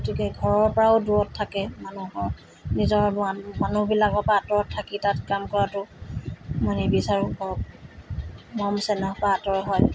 গতিকে ঘৰৰ পৰাও দূৰত থাকে মানুহৰ নিজৰ মান মানুহবিলাকৰ পৰা আতঁৰত থাকি তাত কাম কৰাটো মানে বিচাৰোঁ কৰক মৰম চেনেহৰ পৰা আঁতৰ হয়